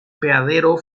apeadero